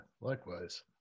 likewise